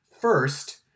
first